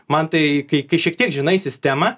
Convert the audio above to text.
man tai kai kai šiek tiek žinai sistemą